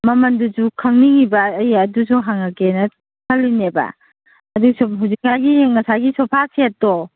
ꯃꯃꯟꯗꯨꯁꯨ ꯈꯪꯅꯤꯡꯂꯤꯕ ꯑꯩ ꯑꯗꯨꯁꯨ ꯍꯪꯂꯛꯀꯦꯅ ꯈꯜꯂꯤꯅꯦꯕ ꯑꯗꯨ ꯁꯨꯝ ꯍꯧꯖꯤꯛ ꯀꯥꯟꯒꯤ ꯉꯁꯥꯏꯒꯤ ꯁꯣꯐꯥ ꯁꯦꯠꯇꯣ